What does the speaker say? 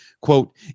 quote